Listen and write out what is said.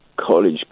college